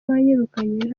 banyirukanye